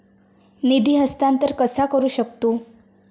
निधी हस्तांतर कसा करू शकतू?